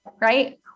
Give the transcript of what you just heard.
Right